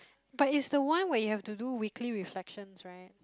but it's the one where you have to do weekly reflections right